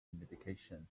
medications